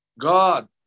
God